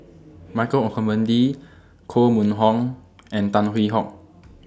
Michael Olcomendy Koh Mun Hong and Tan Hwee Hock